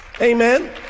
Amen